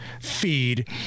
feed